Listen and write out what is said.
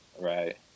Right